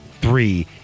three